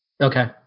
Okay